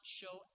show